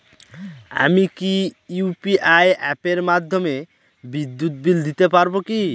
আমি কি ইউ.পি.আই অ্যাপের মাধ্যমে বিদ্যুৎ বিল দিতে পারবো কি?